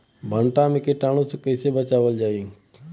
भनटा मे कीटाणु से कईसे बचावल जाई?